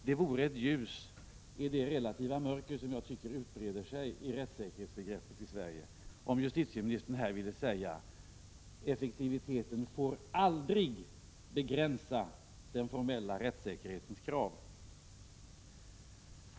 Det vore ett ljus i det relativa mörker som jag tycker utbreder sig om rättssäkerhetsbegreppet i Sverige, om justitieministern här ville säga: Effektiviteten får aldrig begränsa den formella rättssäkerhetens krav.